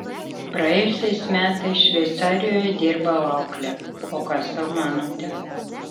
praėjusiais metais šveicarijoje dirbau aukle o ką sau manote